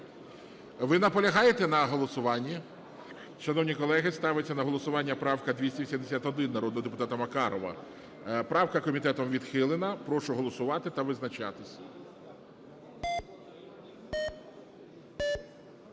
Ви наполягаєте на голосуванні? Шановні колеги, ставиться на голосування правка 271 народного депутата Макарова. Правка комітетом відхилена. Прошу голосувати та визначатись.